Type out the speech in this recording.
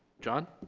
john